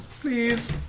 Please